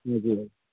ए हजुर